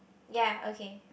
ya okay